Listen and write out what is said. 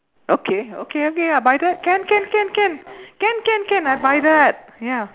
okay okay okay I'll buy that can can can can can can can I'll buy that ya